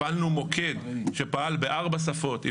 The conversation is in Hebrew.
הפעלנו מוקד שפעל בארבע שפות.